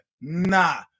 Nah